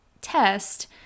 test